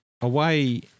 away